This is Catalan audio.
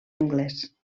anglès